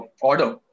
order